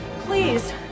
Please